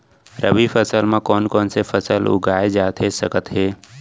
रबि फसल म कोन कोन से फसल उगाए जाथे सकत हे?